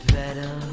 better